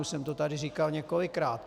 Už jsem to tady říkal několikrát.